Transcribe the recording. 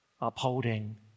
upholding